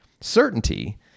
certainty